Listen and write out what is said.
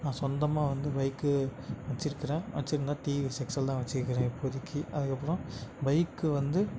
நான் சொந்தமாக வந்து பைக்கு வச்சிருக்குறேன் வெச்சிருந்தால் டிவிஎஸ் எக்சல் தான் வச்சிருக்குறேன் இப்போதைக்கு அதுக்கப்புறம் பைக்கு வந்து